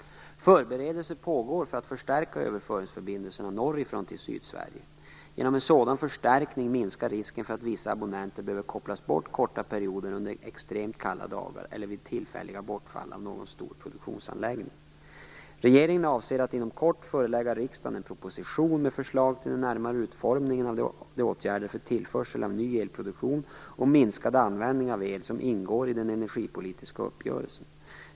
Förberedelser pågår för att förstärka överföringsförbindelserna norrifrån till Sydsverige. Genom en sådan förstärkning minskar risken för att vissa abonnenter behöver kopplas bort korta perioder under extremt kalla dagar eller vid tillfälligt bortfall av någon stor produktionsanläggning. Regeringen avser att inom kort förelägga riksdagen en proposition med förslag till den närmare utformningen av de åtgärder för tillförsel av ny elproduktion och minskad användning av el som ingår i den energipolitiska uppgörelsen.